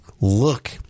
look